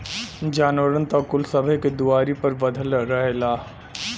जानवरन त कुल सबे के दुआरी पर बँधल रहेला